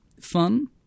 fun